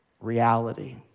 reality